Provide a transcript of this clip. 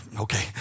okay